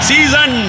Season